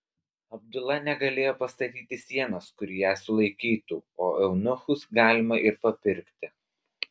abdula negalėjo pastatyti sienos kuri ją sulaikytų o eunuchus galima ir papirkti